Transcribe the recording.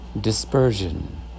Dispersion